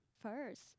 first